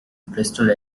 bristol